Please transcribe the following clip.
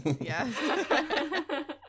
Yes